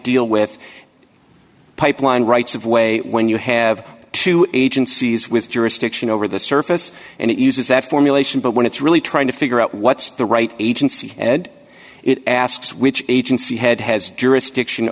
deal with pipeline rights of way when you have two agencies with jurisdiction over the surface and it uses that formulation but when it's really trying to figure out what's the right agency it asks which agency head has jurisdiction